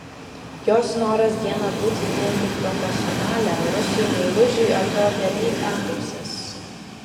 jos noras dieną būti vien tik profesionale rusui meilužiui atrodė lyg antausis